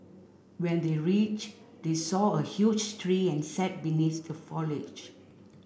when they reached they saw a huge tree and sat beneath the foliage